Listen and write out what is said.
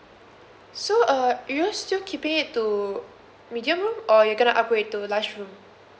so uh you all still keeping it to medium room or you gonna upgrade to large room